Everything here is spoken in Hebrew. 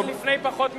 רק לפני פחות משבוע,